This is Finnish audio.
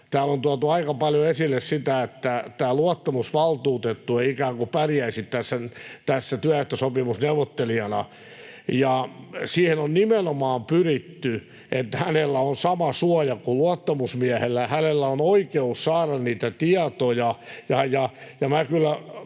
täällä on tuotu aika paljon esille sitä, että tämä luottamusvaltuutettu ei ikään kuin pärjäisi työehtosopimusneuvottelijana, niin siihen on nimenomaan pyritty, että hänellä on sama suoja kuin luottamusmiehellä ja hänellä on oikeus saada niitä tietoja.